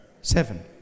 Seven